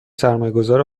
سرمایهگذار